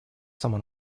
someone